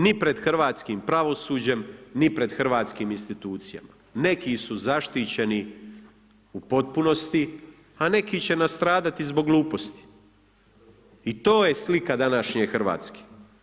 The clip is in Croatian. Ni pred hrvatskim pravosuđem, ni pred hrvatskim institucijama, neki su zaštićeni u potpunosti, a neki će nastradati zbog gluposti i to je slika današnje Hrvatske.